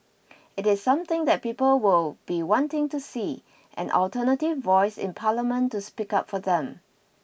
it is something that people will be wanting to see an alternative voice in Parliament to speak up for them